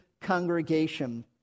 congregation